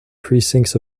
precincts